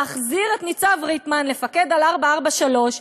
להחזיר את ניצב ריטמן לפקד על "להב 433",